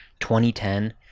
2010